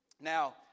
Now